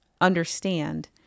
understand